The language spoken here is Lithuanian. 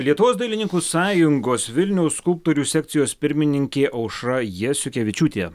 lietuvos dailininkų sąjungos vilniaus skulptorių sekcijos pirmininkė aušra jasiukevičiūtė